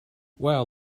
wow